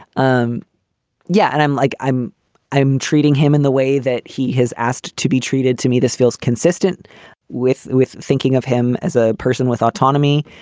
um yeah. and i'm like i'm i'm treating him in the way that he has asked to be treated. to me, this feels consistent with with thinking of him as a person with autonomy.